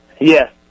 Yes